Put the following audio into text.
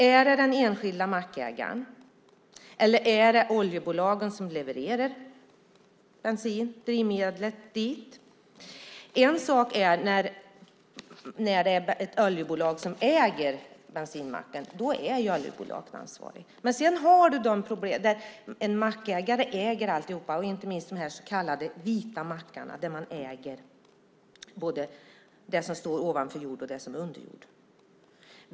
Är det den enskilda mackägaren eller är det oljebolagen som levererar drivmedlet dit? Det är en sak om det är ett oljebolag som äger bensinmacken, för då är ju oljebolaget ansvarigt. Men sedan finns problemet där en mackägare äger alltihop. Det gäller inte minst de så kallade vita mackarna, där man äger både det som står ovan jord och det som finns under jord.